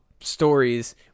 stories